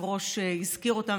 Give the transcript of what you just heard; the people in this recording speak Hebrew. היושב-ראש הזכיר אותם,